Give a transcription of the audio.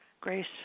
grace